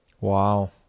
Wow